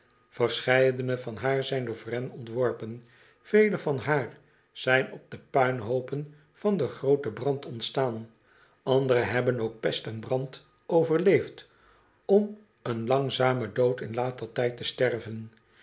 verscheidene van haar zijn door wren ontworpen vele van haar zijn op de puinhoopen van den grooten brand ontstaan andere hebben ook pest en brand overleefd om een langzamen dood in later tijd te sterven